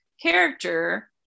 character